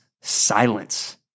silence